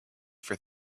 for